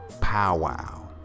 powwow